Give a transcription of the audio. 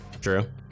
True